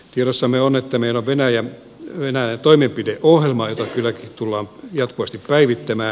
tiedossamme on että meillä on toimenpideohjelma jota kylläkin tullaan jatkuvasti päivittämään